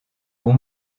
bon